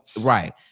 right